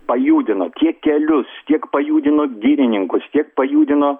pajudino tiek kelius tiek pajudino girininkus tiek pajudino